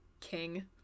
King